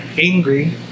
angry